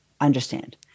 understand